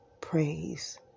praise